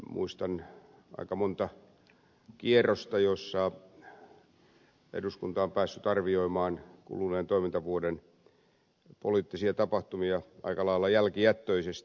muistan aika monta kierrosta joissa eduskunta on päässyt arvioimaan kuluneen toimintavuoden poliittisia tapahtumia aika lailla jälkijättöisesti